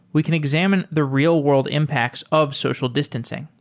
we can examine the real-world impacts of social distancing.